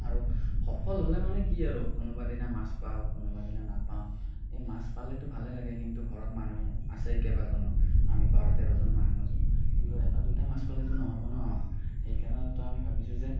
আৰু সফল হ'লে মানে কি আৰু কোনোবা দিনা মাছ পাওঁ কোনোবা দিনা নাপাওঁ এই মাছ পালেতো ভালেই লাগে কিন্তু ঘৰত মানুহ আছে কেইবাজনো আমি বাৰ তেৰজন মানুহ আছোঁ কিন্তু এটা দুটা মাছ পালেতো নহ'ব ন' সেইকাৰণেতো আমি ভাবিছোঁ যে